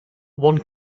one